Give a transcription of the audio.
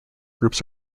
groups